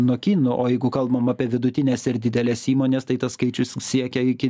nuo kinų o jeigu kalbam apie vidutines ir dideles įmones tai tas skaičius siekia iki